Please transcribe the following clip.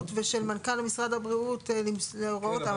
ושל מנכ"ל משרד הבריאות להוראות --- כן,